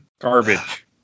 garbage